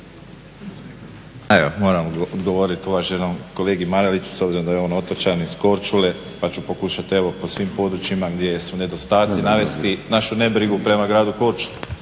Evo moram odgovoriti uvaženom kolegi Mareliću, s obzirom da je on otočanin s Korčule pa ću pokušati evo po svim područjima gdje su nedostaci navesti našu nebrigu prema gradu Korčuli.